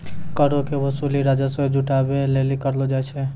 करो के वसूली राजस्व जुटाबै लेली करलो जाय छै